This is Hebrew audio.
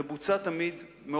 זה תמיד בוצע,